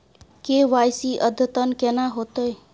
KYC अद्यतन केना होतै?